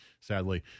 sadly